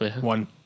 One